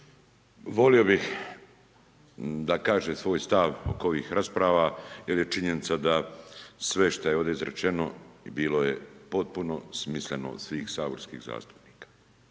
Volio bih da kaže svoj stav oko ovih rasprava jer je činjenica da sve što ovdje izrečeno, bilo je potpuno smisleno od svih saborskih zastupnika.